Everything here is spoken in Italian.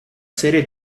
serie